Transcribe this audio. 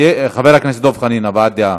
סליחה, חבר הכנסת דב חנין, הבעת דעה.